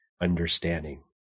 understanding